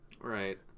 Right